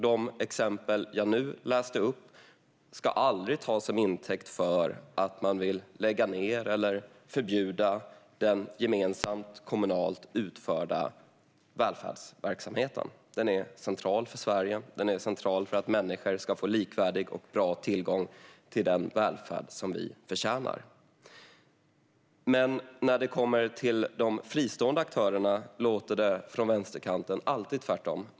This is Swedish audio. De exempel jag nu läste upp ska aldrig tas till intäkt för att lägga ned eller förbjuda den gemensamma kommunalt utförda välfärdsverksamheten. Den är central för Sverige och för att människor ska få likvärdig och bra tillgång till den välfärd som de förtjänar. Men när det kommer till de fristående aktörerna låter det från vänsterkanten alltid tvärtom.